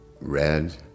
red